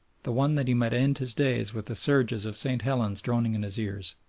the one that he might end his days with the surges of st. helena droning in his ears,